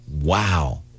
wow